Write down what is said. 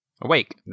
Awake